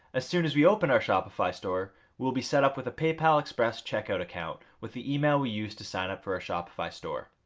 as soon as we open our shopify store, we will be set up with a paypal express checkout account with the email we used to sign up for our shopify store.